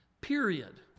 period